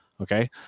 Okay